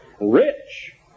rich